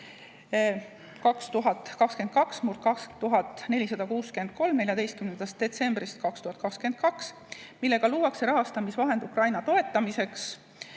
2022/2463 14. detsembrist 2022, millega luuakse rahastamisvahend Ukraina toetamiseks